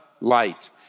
light